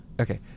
Okay